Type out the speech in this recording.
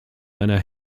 einer